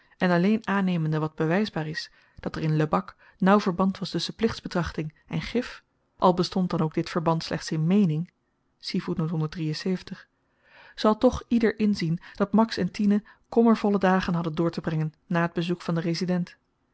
en alleen aannemende wat bewysbaar is dat er in lebak nauw verband was tusschen plichtsbetrachting en gif al bestond dan ook dit verband slechts in meening zal toch ieder inzien dat max en tine kommervolle dagen hadden doortebrengen na t bezoek van den resident